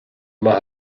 maith